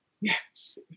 Yes